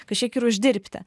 kažkiek ir uždirbti